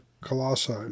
Colossae